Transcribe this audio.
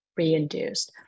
reinduced